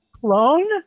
Clone